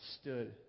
stood